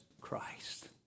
Christ